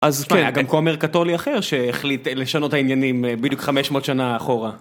אז כן, גם כומר קתולי אחר שהחליט לשנות העניינים בדיוק 500 שנה אחורה.